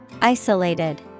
Isolated